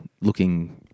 looking